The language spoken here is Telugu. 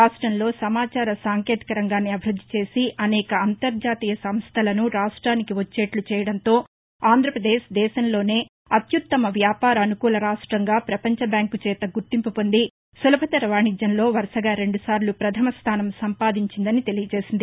రాష్టంలో సమాచార సాంకేతిక రంగాన్ని అభివృద్ది చేసి అనేక అంతర్జాతీయ సంస్థలను రాష్టానికి వచ్చేట్లు చేయడంతో ఆంధ్రపదేశ్ దేశంలోనే అత్యత్తమ వ్యాపార అనుకూల రాష్ట్రంగా పపంచబ్యాంకు చేత గుర్తింపుపొంది సులభతర వాణిజ్యంలో వరుసగా రెండు సార్ల ప్రథమ స్థానం సంపాదించిందని తెలియజేసింది